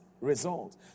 results